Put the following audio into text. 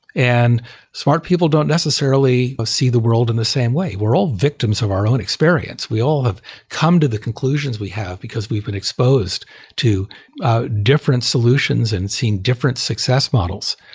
and smart people don't necessarily see the world in the same way. we're all victims of our own experience. we all have come to the conclusions we have because we've been exposed to different solutions and seeing different success models.